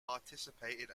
participated